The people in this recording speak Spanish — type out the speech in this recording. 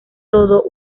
todo